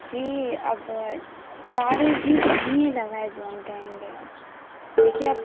جی اب ساری تو نہیں ہی لگا ہے جو ہم کہیں گے اب دیکھیے اب